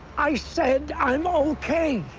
i said i'm um okay.